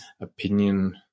opinion